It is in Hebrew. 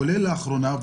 כולל לאחרונה,